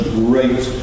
great